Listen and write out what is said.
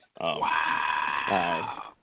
Wow